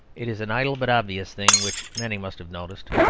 it is an idle but obvious thing, which many must have noticed,